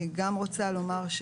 אני רוצה לומר,